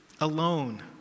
alone